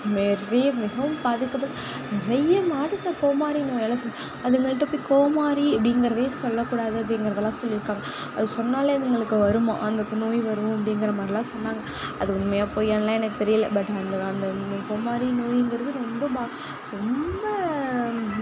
நிறைய மிகவும் பாதிக்கப்படு நிறைய மாடுங்க கோமாரி நோயால் செத் அதுங்கள்கிட்ட போய் கோமாரி அப்படிங்கிறதே சொல்லக்கூடாது அப்படிங்கிறதுலாம் சொல்லியிருக்காங்க அது சொன்னாலே அதுங்களுக்கு வருமா அந்த நோய் வரும் அப்படிங்கிற மாதிரிலாம் சொன்னாங்க அது உண்மையாக பொய்யான்லாம் எனக் தெரியல பட் அந்த அந்த அந்த மாதிரி கோமாரி நோயிங்கிறது ரொம்ப பா ரொம்ப